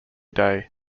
day